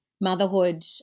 motherhood